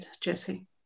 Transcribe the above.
Jesse